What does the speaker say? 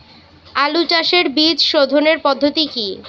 আলু চাষের বীজ সোধনের পদ্ধতি কি?